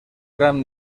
gran